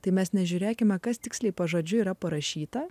tai mes nežiūrėkime kas tiksliai pažodžiui yra parašyta